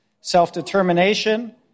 self-determination